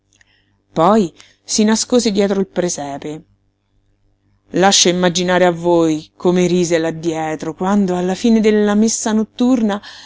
poi si nascose dietro il presepe lascio immaginare a voi come rise là dietro quando alla fine della messa notturna